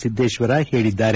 ಸಿದ್ದೇಶ್ವರ ಹೇಳಿದ್ದಾರೆ